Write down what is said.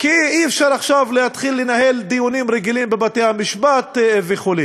כי אי-אפשר עכשיו להתחיל לנהל דיונים רגילים בבתי-המשפט וכו'.